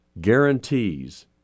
guarantees